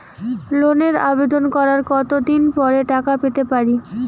লোনের আবেদন করার কত দিন পরে টাকা পেতে পারি?